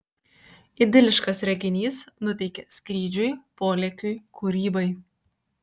idiliškas reginys nuteikia skrydžiui polėkiui kūrybai